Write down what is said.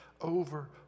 over